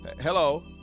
Hello